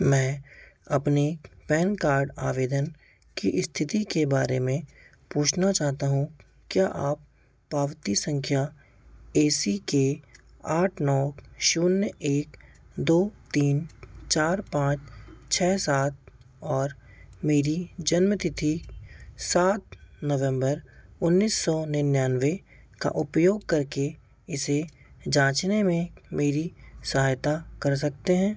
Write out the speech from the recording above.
मैं अपने PAN card आवेदन की इस्थिति के बारे में पूछना चाहता हूँ क्या आप पावती सँख्या ए सी के आठ नौ शून्य एक दो तीन चार पाँच छह सात और मेरी जन्मतिथि सात नवम्बर उन्नीस सौ निन्यानवे का उपयोग करके इसे जाँचने में मेरी सहायता कर सकते हैं